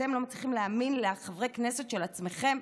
אתם לא מצליחים להאמין לחברי הכנסת של עצמכם.